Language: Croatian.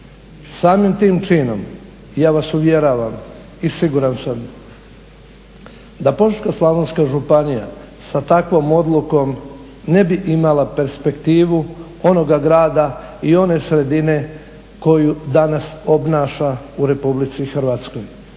Samim tim činom, ja vas uvjeravam i siguran sam da Požeško-slavonska županija sa takvom odlukom ne bi imala perspektivu onoga grada i one sredine koju danas obnaša u Republici Hrvatskoj.